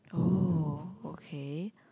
oh okay